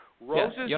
Roses